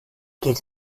geht